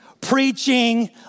preaching